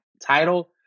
title